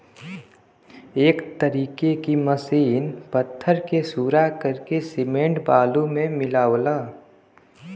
एक तरीके की मसीन पत्थर के सूरा करके सिमेंट बालू मे मिलावला